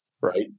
right